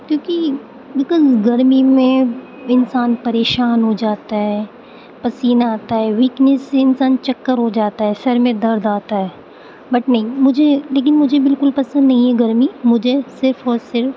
کیونکہ بکاز گرمی میں انسان پریشان ہوجاتا ہے پسینہ آتا ہے وینکنس سے انسان چکر ہوجاتا ہے سر میں درد آتا ہے بٹ نہیں مجھے لیکن مجھے بالکل پسند نہیں ہے گرمی مجھے صرف اور صرف